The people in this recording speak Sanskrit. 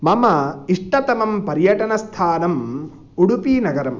मम इष्टतमं पर्यटनस्थानम् उडुपिनगरम्